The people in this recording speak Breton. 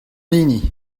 hini